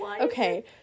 okay